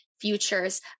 futures